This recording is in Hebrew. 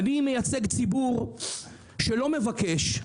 אני מייצג ציבור שלא מבקש,